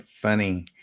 funny